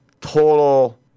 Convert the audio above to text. total